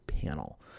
panel